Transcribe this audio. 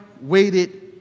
waited